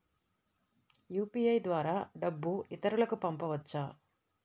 UPI ద్వారా డబ్బు ఇతరులకు పంపవచ్చ?